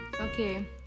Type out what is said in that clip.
Okay